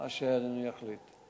מה שאדוני יחליט.